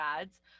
ads